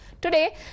Today